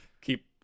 keep